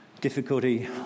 difficulty